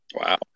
Wow